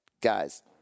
Guys